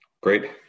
Great